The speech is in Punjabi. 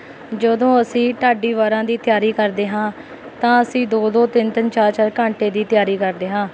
ਜਦੋਂ ਅਸੀਂ ਢਾਡੀ ਵਾਰਾਂ ਦੀ ਤਿਆਰੀ ਕਰਦੇ ਹਾਂ ਤਾਂ ਅਸੀਂ ਦੋ ਦੋ ਤਿੰਨ ਤਿੰਨ ਚਾਰ ਚਾਰ ਘੰਟੇ ਦੀ ਤਿਆਰੀ ਕਰਦੇ ਹਾਂ